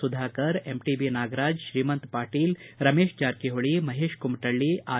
Sudhakar MTB Nagaraj Shrimant Patil Ramesh Jarkiholi Mahesh Kumathalli R